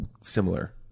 similar